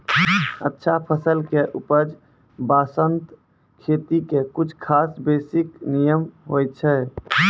अच्छा फसल के उपज बास्तं खेती के कुछ खास बेसिक नियम होय छै